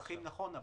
נכון,